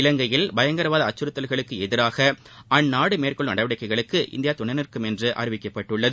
இலங்கையில் பயங்கரவாத அச்சுறுத்தலுக்கு எதிராக அந்நாடு மேற்கொள்ளும் நடவடிக்கைகளுக்கு இந்தியா துணைநிற்கும் என்று அழிவிக்கப்பட்டுள்ளது